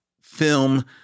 film